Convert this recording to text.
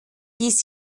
dies